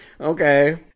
Okay